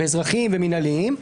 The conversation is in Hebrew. אזרחיים ומינהליים.